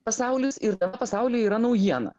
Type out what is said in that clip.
pasaulis ir pasauly yra naujiena